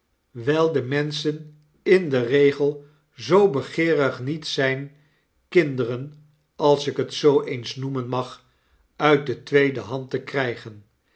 wijl de menschen in den regel zoo begeerig niet zijn kinderen als ik het zoo eens noemen mag uit de tweede hand te krijgen